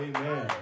Amen